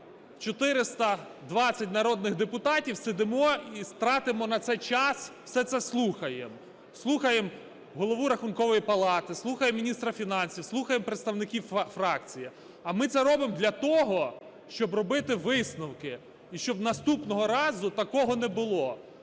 ми, 420 народних депутатів, сидимо і тратимо на це час, все це слухаємо? Слухаємо Голову Рахункової палати, слухаємо міністра фінансів, слухаємо представників фракції. А ми це робимо для того, щоб робити висновки і щоб наступного разу такого не було.